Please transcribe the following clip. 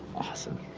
awesome.